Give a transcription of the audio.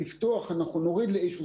אנחנו נגיע בהמשך גם למשרד הבריאות.